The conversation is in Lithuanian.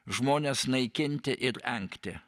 žmones naikinti ir engti